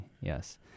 Yes